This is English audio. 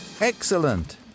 Excellent